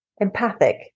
empathic